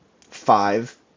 five